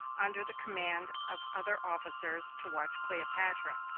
under the command of other officers, to watch cleopatra.